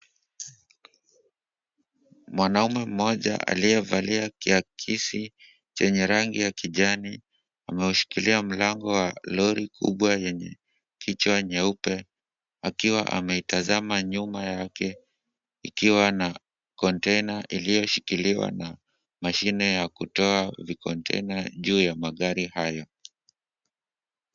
Mwanaume mmoja aliyevalia kiakisi chenye rangi ya kijani ameushikilia mlango wa lori kubwa yenye kichwa nyeupe, akiwa ameitazama nyuma yake ikiwa na kontena iliyoshikiliwa na mashine ya kutoa vikontena juu ya magari hayo.